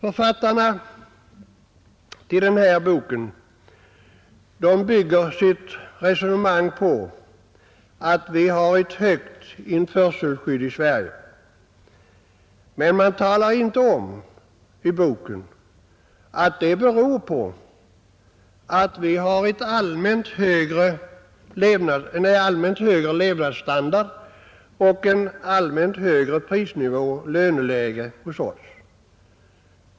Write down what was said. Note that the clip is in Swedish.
Författarna till den här boken bygger sitt resonemang på att vi har ett högt införselskydd i Sverige. Men man talar inte om i boken att det beror på att vi har en allmänt högre levnadsstandard och allmänt högre prisnivå och löneläge hos oss.